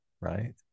right